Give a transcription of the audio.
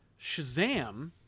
Shazam